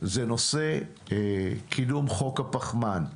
היא נושא קידום חוק הפחמן.